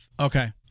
Okay